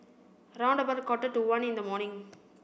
round about a quarter to one in the morning